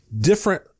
Different